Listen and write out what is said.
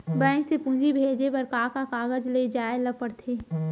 Bank से पूंजी भेजे बर का का कागज ले जाये ल पड़थे?